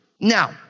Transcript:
Now